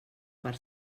per